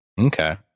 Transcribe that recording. Okay